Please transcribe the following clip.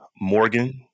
Morgan